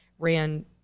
Ran